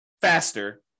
faster